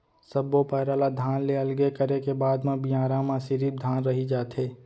सब्बो पैरा ल धान ले अलगे करे के बाद म बियारा म सिरिफ धान रहि जाथे